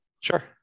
Sure